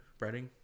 breading